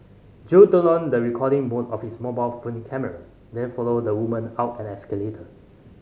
Jo turned on the recording mode of his mobile phone camera then followed the woman out an escalator